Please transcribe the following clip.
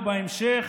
ובהמשך,